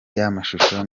ry’amashusho